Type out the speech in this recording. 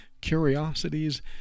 curiosities